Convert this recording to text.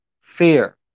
fear